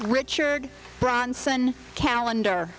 richard branson calendar